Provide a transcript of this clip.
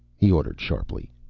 he ordered sharply.